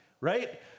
right